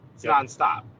nonstop